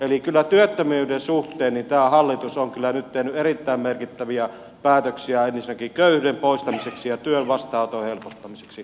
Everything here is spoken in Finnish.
eli työttömyyden suhteen tämä hallitus on kyllä nyt tehnyt erittäin merkittäviä päätöksiä ensinnäkin köyhyyden poistamiseksi ja työn vastaanoton helpottamiseksi